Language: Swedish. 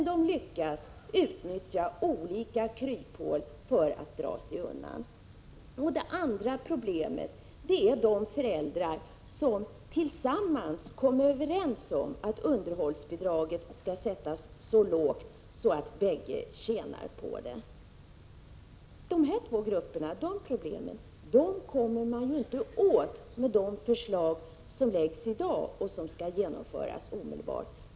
De lyckas utnyttja olika kryphål för att dra sig undan. Det andra problemet är de föräldrar som tillsammans kommer överens om att underhållsbidraget skall sättas så lågt att bägge tjänar på det. Problemen med dessa två grupper kommer man inte åt med det förslag som läggs fram i dag till åtgärder som skall genomföras omedelbart.